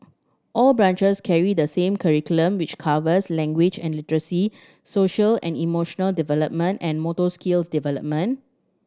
all branches carry the same curriculum which covers language and literacy social and emotional development and motor skills development